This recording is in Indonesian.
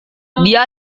dia